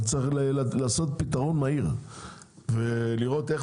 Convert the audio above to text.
אבל צריך לתת פתרון מהיר ולראות איך